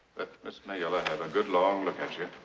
miss mayella have a good long look at you.